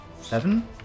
Seven